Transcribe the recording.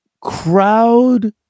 crowd